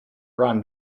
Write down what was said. run